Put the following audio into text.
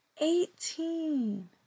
eighteen